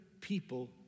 people